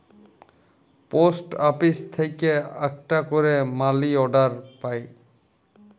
post office থেক্যে আকটা ক্যারে মালি অর্ডার পায়